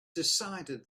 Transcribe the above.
decided